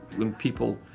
when people